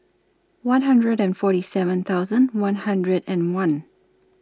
one hundred and forty seven thousand one hundred and one